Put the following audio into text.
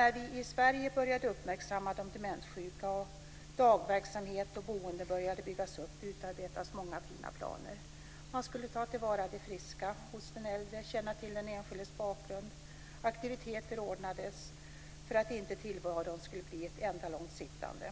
När vi i Sverige började uppmärksamma de demenssjuka och dagverksamhet och boende började byggas upp utarbetades många fina planer. Man skulle ta till vara det friska hos den äldre och känna till den enskildes bakgrund. Aktiviteter ordnades för att inte tillvaron skulle bli ett enda långt sittande.